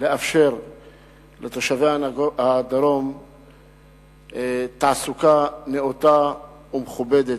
לאפשר לתושבי הדרום תעסוקה נאותה ומכובדת.